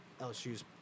LSU's